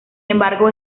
embargo